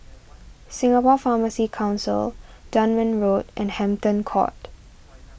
Singapore Pharmacy Council Dunman Road and Hampton Court